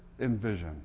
envision